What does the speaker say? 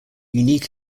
unique